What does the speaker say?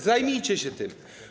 Zajmijcie się tym.